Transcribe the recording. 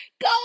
Go